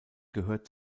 gehört